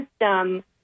system